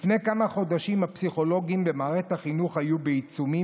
לפני כמה חודשים במערכת החינוך היו עיצומים